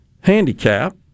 handicap